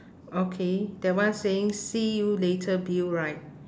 okay that one saying see you later bill right